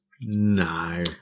No